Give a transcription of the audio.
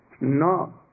no